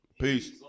Peace